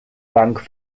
bank